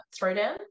Throwdown